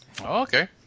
Okay